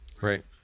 Right